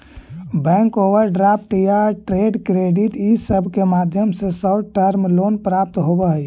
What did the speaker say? bank overdraft या trade credit इ सब के माध्यम से शॉर्ट टर्म लोन प्राप्त होवऽ हई